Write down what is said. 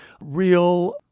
real